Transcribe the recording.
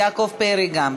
יעקב פרי גם.